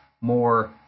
more